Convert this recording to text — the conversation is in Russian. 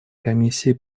комиссии